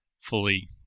fully